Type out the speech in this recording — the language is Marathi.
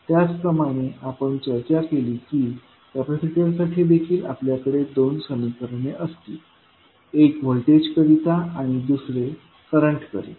त्याचप्रमाणे आपण चर्चा केली की कॅपॅसिटर साठी देखील आपल्याकडे दोन समीकरणे असतील एक व्होल्टेज करिता आणि दुसरे करंट करिता